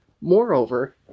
Moreover